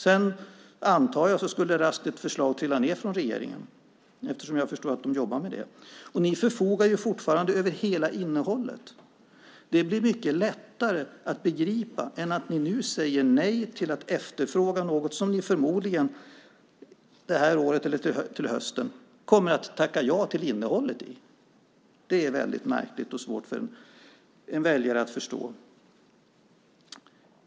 Sedan antar jag att det raskt skulle komma ett förslag från regeringen eftersom jag förstår att man jobbar med det. Och ni förfogar ju fortfarande över hela innehållet. Det blir mycket lättare att begripa än att ni nu säger nej till att efterfråga något som ni förmodligen under detta riksmöte eller till hösten kommer att tacka ja till innehållet i. Det är väldigt märkligt och svårt för en väljare att förstå.